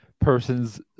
person's